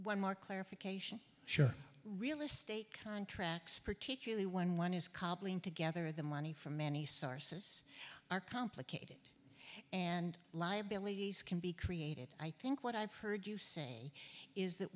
one more clarification real estate contracts particularly when one is cobbling together the money from many sources are complicated and liabilities can be created i think what i've heard you saying is that